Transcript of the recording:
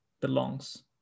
belongs